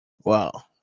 Wow